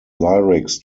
lyrics